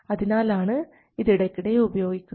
അതിനാലാണ് ഇത് ഇടയ്ക്കിടെ ഉപയോഗിക്കുന്നത്